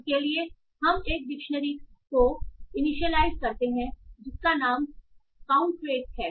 इसके लिए हम एक डिक्शनरी को इनिशियलाइज़ करते हैं जिसका नाम काउंटफ्रेक है